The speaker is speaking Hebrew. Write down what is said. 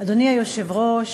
אדוני היושב-ראש,